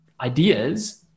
ideas